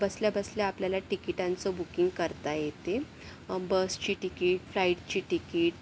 बसल्या बसल्या आपल्याला तिकिटांचं बुकिंग करता येते बसची तिकीट फ्लाईटची तिकीट